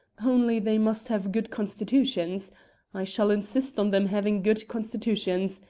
only they must have good constitutions i shall insist on them having good constitutions.